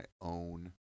own